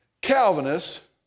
Calvinists